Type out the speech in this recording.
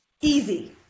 easy